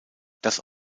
das